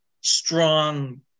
strong